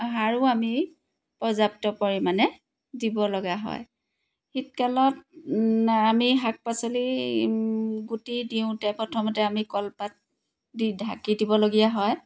সাৰো আমি পৰ্যাপ্ত পৰিমাণে দিব লগা হয় শীতকালত আমি শাক পাচলি গুটি দিওঁতে প্ৰথমতে আমি কলপাত দি ঢাকি দিব লগীয়া হয়